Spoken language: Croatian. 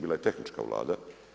Bila je tehnička Vlada.